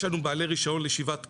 יש לנו בעלי רישיון לישיבת קבע,